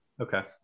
Okay